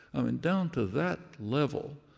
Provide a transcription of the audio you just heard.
um and down to that level,